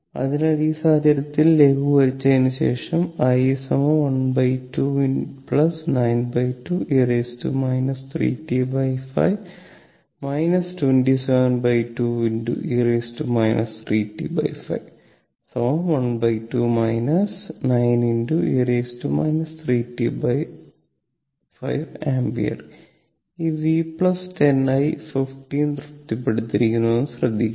അതിനാൽ ഈ സാഹചര്യത്തിൽ ലഘൂകരിച്ചതിന് ശേഷം i ½ 92 e 3t5 272 e 3t5 ½ 9 e 3t5Amp ഈ v 10 i 15 തൃപ്തിപ്പെട്ടിരിക്കുന്നു എന്നത് ശ്രദ്ധിക്കുക